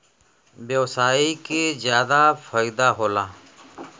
व्यवसायी के जादा फईदा होला